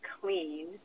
clean